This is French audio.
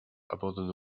abandonne